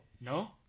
No